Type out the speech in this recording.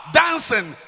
dancing